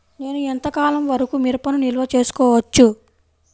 నేను ఎంత కాలం వరకు మిరపను నిల్వ చేసుకోవచ్చు?